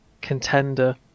contender